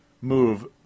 move